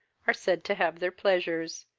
are said to have their pleasures,